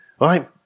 Right